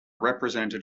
represented